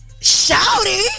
Shouty